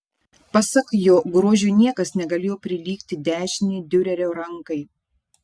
pasak jo grožiu niekas negalėjo prilygti dešinei diurerio rankai